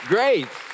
Great